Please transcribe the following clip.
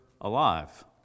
alive